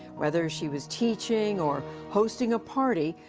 whether she was teaching or hosting a party,